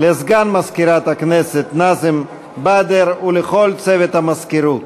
לסגן מזכירת הכנסת נאזם באדר ולכל צוות המזכירות.